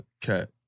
cat